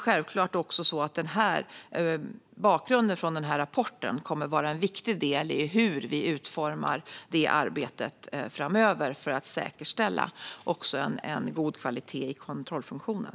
Självklart kommer bakgrunden från den här rapporten att vara en viktig del i hur vi utformar arbetet framöver för att säkerställa en god kvalitet i kontrollfunktionen.